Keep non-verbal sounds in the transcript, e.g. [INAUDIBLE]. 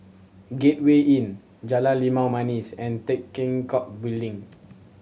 Gateway Inn Jalan Limau Manis and Tan Teck [UNINTELLIGIBLE] Building